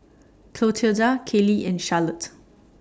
Clotilda Kayley and Charlotte